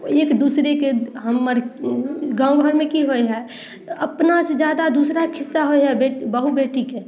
एक दुसरेके हमर गाँव घरमे की होइ हइ अपनासँ जादा दुसराक खिस्सा होइ हइ बहु बेटीके